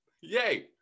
Yay